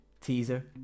teaser